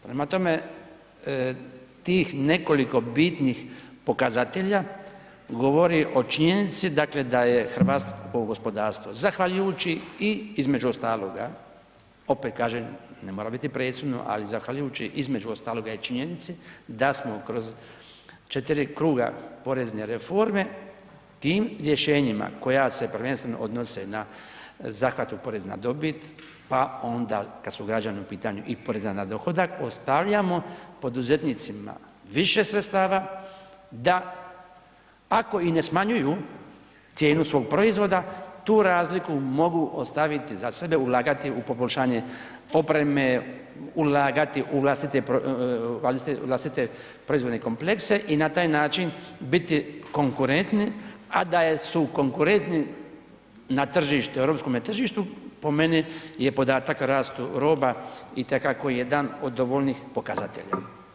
Prema tome, tih nekoliko bitnih pokazatelja govori o činjenici, dakle da je hrvatsko gospodarstvo zahvaljujući i između ostaloga, opet kažem, ne mora biti presudno, ali zahvaljujući, između ostaloga i činjenici da smo kroz 4 kruga porezne reforme tim rješenjima koja se prvenstveno odnose na zahvat u porez na dobit pa onda kad su građani u pitanju i poreza na dohodak, ostavljamo poduzetnicima više sredstava da, ako i ne smanjuju cijenu svog proizvoda, tu razliku mogu ostaviti za sebe, ulagati u poboljšanje opreme, ulagati u vlastite proizvodne komplekse i na taj način biti konkurentni, a da je su konkurentni na tržištu, europskome tržištu, po meni je podatak o rastu roba itekako jedan od dovoljnih pokazatelja.